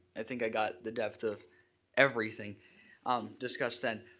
i think i got the depth of everything discussed then.